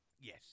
Yes